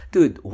Dude